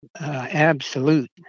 absolute